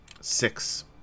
six